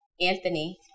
Anthony